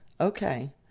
Okay